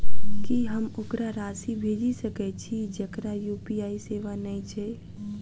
की हम ओकरा राशि भेजि सकै छी जकरा यु.पी.आई सेवा नै छै?